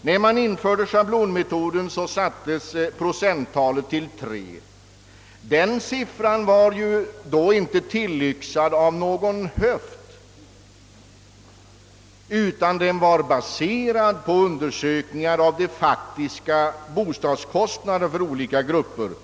När schablonmetoden infördes, sattes procenttalet till 3. Den siffran var inte tillyxad på en höft, utan den var baserad på undersökningar rörande olika gruppers faktiska bostadskostnader.